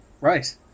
Right